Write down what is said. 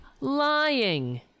lying